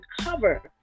cover